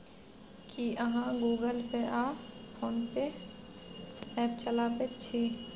की अहाँ गुगल पे आ फोन पे ऐप चलाबैत छी?